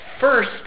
First